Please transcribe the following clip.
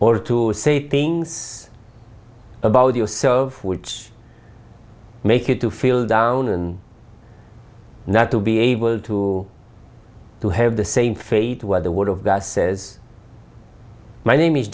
or to say things about yourself which make it to feel down and now to be able to to have the same fate where the world of that says my name is